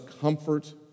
comfort